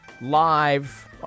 live